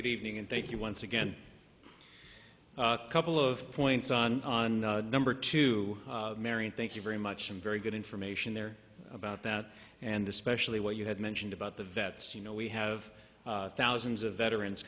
good evening and thank you once again couple of points on number two marian thank you very much and very good information there about that and especially what you had mentioned about the vets you know we have thousands of veterans